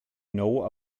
know